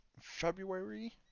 February